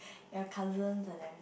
your cousins and every~